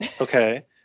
Okay